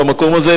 במקום הזה,